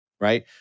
right